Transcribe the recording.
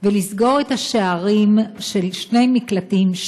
ולסגור את השערים של שני מקלטים,